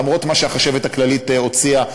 למרות מה שהחשבת הכללית הוציאה,